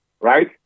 right